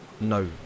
No